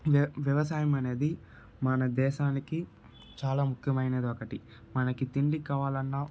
వ్య వ్యవసాయం అనేది మన దేశానికి చాలా ముఖ్యమైనదొకటి మనకి తిండి కావాలన్నా